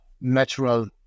natural